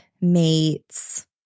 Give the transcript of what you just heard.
mates